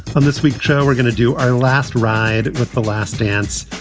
and this week's show, we're gonna do our last ride with the last dance.